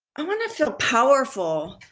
i want to feel powerful.